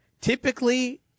Typically